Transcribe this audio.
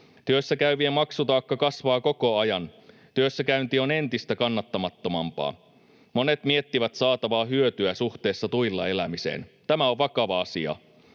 Työssäkäyvien maksutaakka kasvaa koko ajan. Työssäkäynti on entistä kannattamattomampaa. Monet miettivät saatavaa hyötyä suhteessa tuilla elämiseen. Tämä on vakava asia.